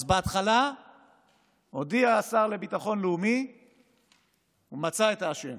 אז בהתחלה הודיע השר לביטחון לאומי שהוא מצא את האשם